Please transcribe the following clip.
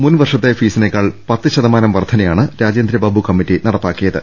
മുൻ വർഷത്തെ ഫീസിനേക്കാൾ പത്തുശതമാനം വർദ്ധനയാണ് രാജേന്ദ്രബാബു കമ്മിറ്റി നട പ്പാക്കിയത്